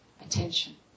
attention